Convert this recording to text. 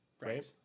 right